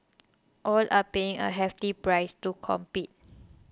all are paying a hefty price to compete